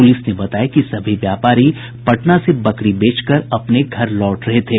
police ने बताया कि सभी व्यापारी पटना से बकरी बेचकर अपने घर लौट रहे थे